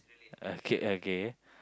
okay okay